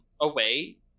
away